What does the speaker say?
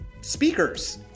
speakers